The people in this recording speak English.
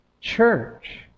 church